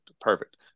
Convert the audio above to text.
Perfect